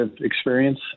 experience